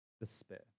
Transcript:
Despair